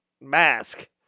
mask